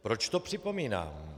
Proč to připomínám?